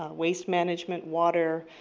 ah waste management, water,